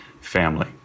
family